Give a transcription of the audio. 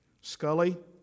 Scully